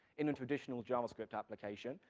in a traditional javascript application,